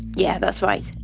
yeah that's right,